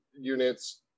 units